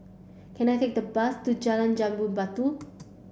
can I take the bus to Jalan Jambu Batu